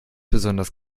besonders